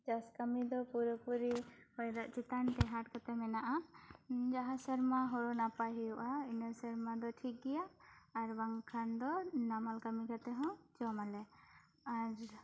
ᱪᱟᱥ ᱠᱟᱹᱢᱤ ᱫᱚ ᱯᱩᱨᱟ ᱯᱩᱨᱤ ᱦᱚᱭᱫᱟ ᱪᱮᱛᱟᱱ ᱴᱮᱦᱟᱴ ᱠᱚᱛᱮ ᱢᱮᱱᱟᱜᱼᱟ ᱡᱟᱦᱟᱸ ᱥᱮᱨᱢᱟ ᱦᱳᱲᱳ ᱱᱟᱯᱟᱭ ᱦᱩᱭᱩᱜᱼᱟ ᱤᱱᱟᱹ ᱥᱮᱨᱢᱟ ᱫᱚ ᱴᱷᱤᱠ ᱜᱤᱭᱟ ᱟᱨ ᱵᱟᱝᱠᱷᱟᱱ ᱫᱚ ᱱᱟᱢᱟᱞ ᱠᱟᱹᱢᱤ ᱨᱮ ᱛᱮ ᱦᱚᱸ ᱡᱚᱢ ᱟᱞᱮ ᱟᱨ